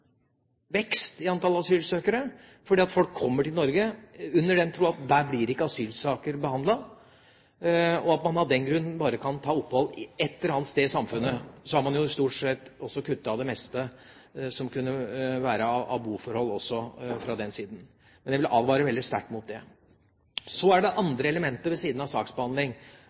vekst i antall asylsøkere, fordi folk ville komme til Norge i den tro at her blir ikke asylsaker behandlet, og at man av den grunn bare kan ta opphold et eller annet sted i samfunnet – og så har man jo stort sett også kuttet det meste som er av boforhold også, fra den siden. Men jeg vil advare veldig sterkt mot det. Det andre elementet ved siden av saksbehandling